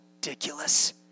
ridiculous